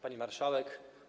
Pani Marszałek!